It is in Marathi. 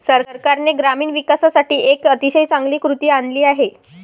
सरकारने ग्रामीण विकासासाठी एक अतिशय चांगली कृती आणली आहे